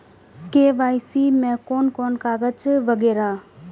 KYC में कोन कोन कागज वगैरा?